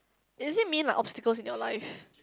is it mean like obstacles in your life